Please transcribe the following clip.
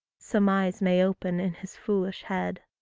some eyes may open in his foolish head.